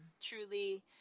truly